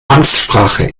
amtssprache